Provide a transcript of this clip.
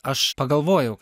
aš pagalvojau